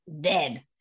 dead